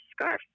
scarf